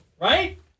Right